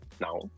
now